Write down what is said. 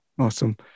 awesome